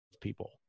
people